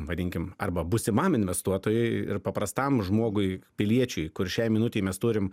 vadinkim arba būsimam investuotojui ir paprastam žmogui piliečiui kur šiai minutei mes turim